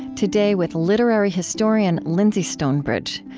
today with literary historian lyndsey stonebridge,